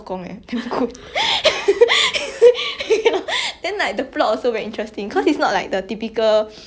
K drama kind know like the like oh my god got this poor girl then she meet 一个 like 白马王子 then